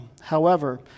However